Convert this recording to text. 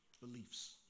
beliefs